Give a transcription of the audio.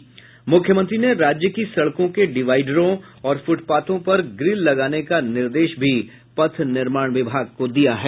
वहीं मुख्यमंत्री ने राज्य की सड़कों के डिवाइडरों और फूटपाथों पर ग्रिल लगाने का निर्देश भी पथ निर्माण विभाग को दिया है